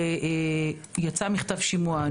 יצא מכתב שימוע,